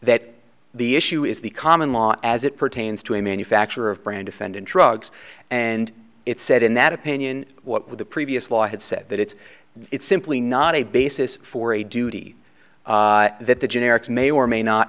that the issue is the common law as it pertains to a manufacturer of brand defendant drugs and it said in that opinion what with the previous law had said that it's it's simply not a basis for a duty that the generics may or may not